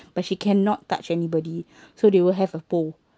but she cannot touch anybody so they will have a pole